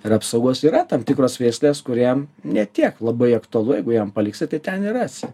ir apsaugos yra tam tikros veislės kurie ne tiek labai aktualu jeigu jam paliksi tai ten ir rasi